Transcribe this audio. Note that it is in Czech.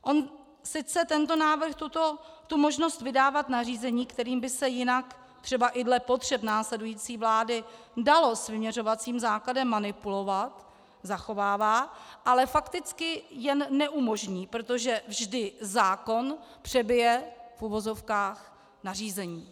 On sice tento návrh možnost vydávat nařízení, kterým by se jinak třeba i dle potřeb následující vlády dalo s vyměřovacím základem manipulovat, zachovává, ale fakticky jen neumožní, protože vždy zákon přebije, v uvozovkách, nařízení.